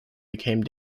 became